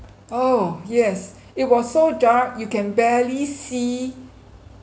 oh yes it was so dark you can barely see